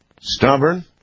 stubborn